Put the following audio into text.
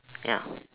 ya